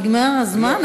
נגמר הזמן,